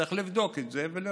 צריך לבדוק את זה ולראות.